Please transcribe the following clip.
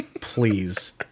please